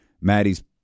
Maddie's